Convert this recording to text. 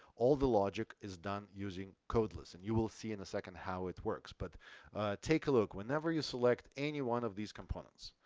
all the logic is done using codeless and you will see in a second how it works. but take a look whenever you select any one of these components,